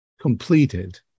completed